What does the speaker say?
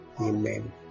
Amen